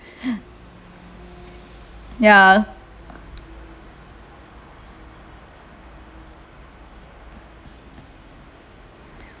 ya